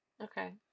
Okay